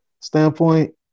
standpoint